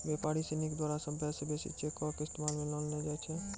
व्यापारी सिनी के द्वारा सभ्भे से बेसी चेको के इस्तेमाल मे लानलो जाय छै